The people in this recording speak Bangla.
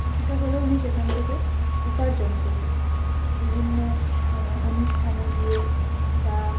কিছুটা হলেও আমি সেখান থেকে উপার্জন করি বিভিন্ন অনুষ্ঠানে গিয়ে বা